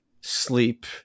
sleep